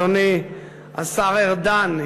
אדוני השר ארדן.